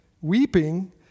weeping